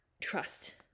trust